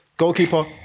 Goalkeeper